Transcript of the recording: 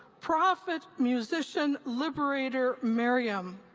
prophet, musician, liberateor, miriam,